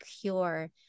cure